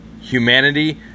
humanity